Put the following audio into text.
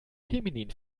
feminin